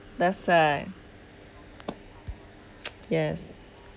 that's why yes